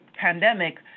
pandemic